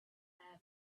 air